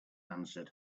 answered